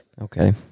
Okay